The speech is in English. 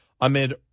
amid